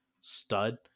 stud